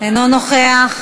אינו נוכח.